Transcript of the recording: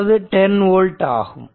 அதாவது 10 ஓல்ட் ஆகும்